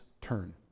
turn